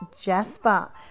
Jasper